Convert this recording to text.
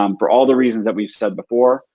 um for all the reasons that we've said before.